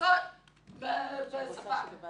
לעשות בשפה.